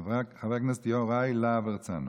חבר הכנסת יוראי להב הרצנו.